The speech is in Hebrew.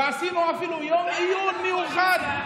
ועשינו אפילו יום עיון מיוחד.